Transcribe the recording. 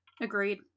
Agreed